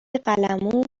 قلممو